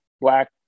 black